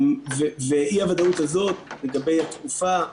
לאי-הוודאות הזאת לגבי התקופה,